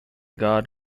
god